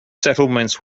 settlements